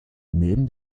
neben